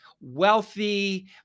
wealthy